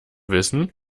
wissen